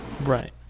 Right